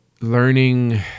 learning